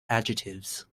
adjectives